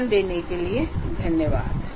ध्यान देने के लिये धन्यवाद